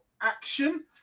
action